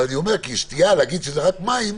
להגיד ששתייה זה רק מים,